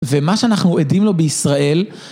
ומה שאנחנו עדים לו בישראל...